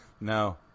No